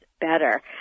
better